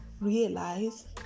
realize